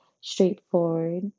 straightforward